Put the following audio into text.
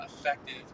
effective